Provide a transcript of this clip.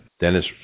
Dennis